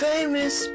famous